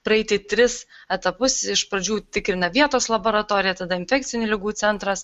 praeiti tris etapus iš pradžių tikrina vietos laboratorija tada infekcinių ligų centras